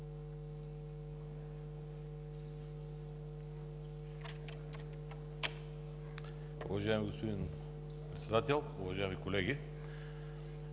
уважаеми господин Председател! Уважаеми колега